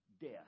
death